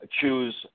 choose